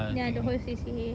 ya the whole C_C_A